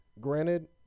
Granted